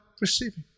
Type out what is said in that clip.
receiving